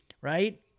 right